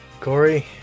Corey